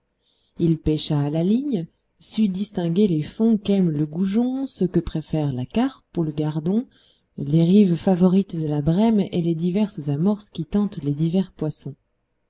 il pêcha à la ligne sut distinguer les fonds qu'aime le goujon ceux que préfère la carpe ou le gardon les rives favorites de la brème et les diverses amorces qui tentent les divers poissons